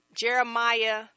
Jeremiah